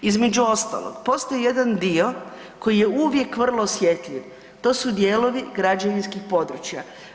Između ostalog, postoji jedan dio koji je uvijek vrlo osjetljiv, to su dijelovi građevinskih područja.